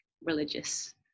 religious